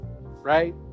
Right